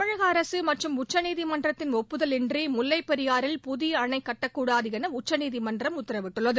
தமிழக அரசு மற்றும் உச்சநீதிமன்றத்தின் ஒப்புதல் இன்றி முல்லைப் பெரியாறில் புதிய அணை கட்டக்கூடாது என உச்சநீதிமன்றம் உத்தரவிட்டுள்ளது